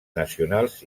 nacionals